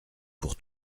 pour